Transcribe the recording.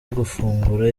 gufungura